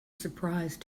surprise